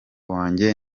wanjye